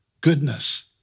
goodness